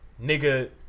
Nigga